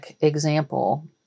example